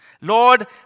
Lord